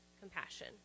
compassion